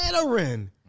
veteran